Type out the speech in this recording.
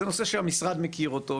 זה נושא שהמשרד מכיר אותו,